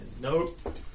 Nope